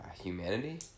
humanity